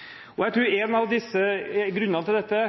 humøret. Jeg tror at en av grunnene til dette